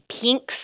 Pinks